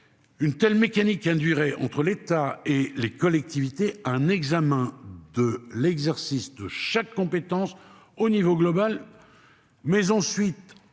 Une telle mécanique induirait entre l'État et les collectivités. Un examen de l'exercice. De chaque compétence au niveau global. Mais ensuite